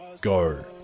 go